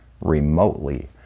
remotely